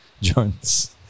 Jones